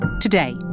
Today